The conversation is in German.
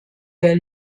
der